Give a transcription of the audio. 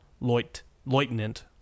Leutnant